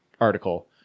article